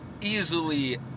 easily